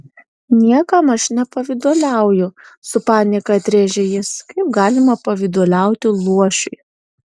niekam aš nepavyduliauju su panieka atrėžė jis kaip galima pavyduliauti luošiui